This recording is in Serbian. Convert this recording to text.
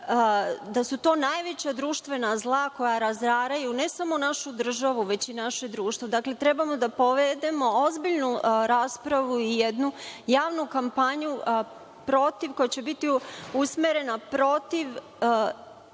da su to najveća društvena zla koja razaraju ne samo našu državu, već i naše društvo. Dakle, treba da povedemo ozbiljnu raspravu i jednu javnu kampanju protiv, koja će biti usmerena protiv